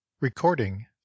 recording